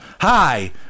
Hi